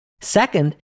Second